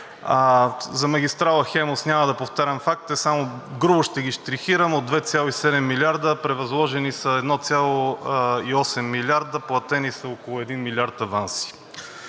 За магистрала „Хемус“ няма да повтарям фактите само грубо ще ги щрихирам. От 2,7 милиарда – превъзложени са 1,8 милиарда, платени са около 1 милиард аванси.